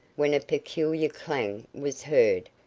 when a peculiar clang was heard,